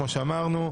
כמו שאמרנו,